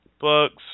books